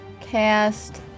cast